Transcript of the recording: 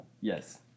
Yes